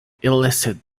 illicit